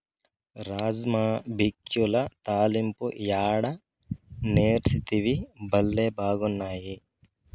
రాజ్మా బిక్యుల తాలింపు యాడ నేర్సితివి, బళ్లే బాగున్నాయి